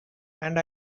and